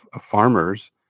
farmers